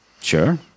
Sure